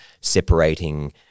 separating